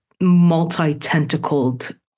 multi-tentacled